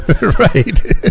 right